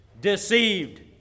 deceived